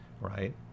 right